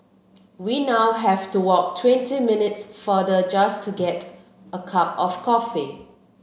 we now have to walk twenty minutes farther just to get a cup of coffee